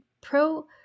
pro